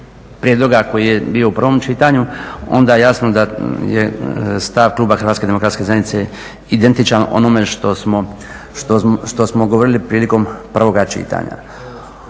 prijedloga koji je bio u prvom čitanju, onda jasno da je stav kluba HDZ-a identičan onome što smo govorili prilikom prvoga čitanja.